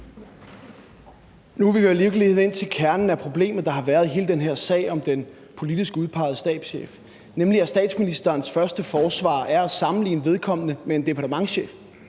Nu er vi ved at være lidt inde ved kernen af problemet, der har været i hele den her sag om den politisk udpegede stabschef, nemlig at statsministerens første forsvar er at sammenligne vedkommende med en departementschef.